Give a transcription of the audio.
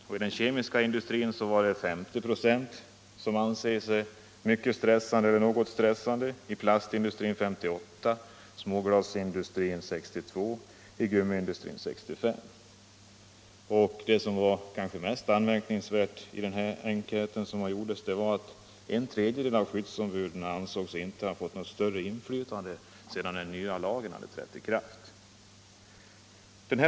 Inom den kemiska industrin var det 50 ?6 som ansåg sig mycket eller något stressade, inom plastindustrin 58 26, inom småglasindustrin 62 26 och inom gummiindustrin 65 26. Det kanske mest anmärkningsvärda i enkäten var att en tredjedel av skyddsombuden inte ansåg sig ha fått något större inflytande sedan den nya lagen hade trätt i kraft.